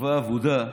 תקווה אבודה,